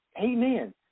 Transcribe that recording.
Amen